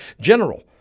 General